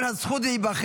(תיקון, הזכות להיבחר).